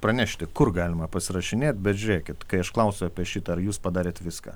pranešti kur galima pasirašinėt bet žiūrėkit kai aš klausiu apie šitą ar jūs padarėt viską